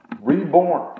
reborn